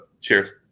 Cheers